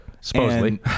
Supposedly